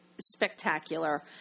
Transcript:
spectacular